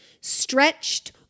stretched